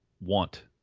want